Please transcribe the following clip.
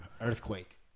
earthquake